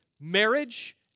marriage